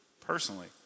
personally